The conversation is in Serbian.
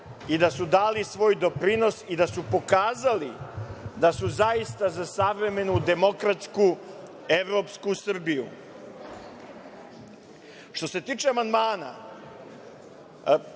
i da su dali svoj doprinos i da su pokazali da su zaista za savremenu, demokratsku, evropsku Srbiju. Što se tiče amandmana,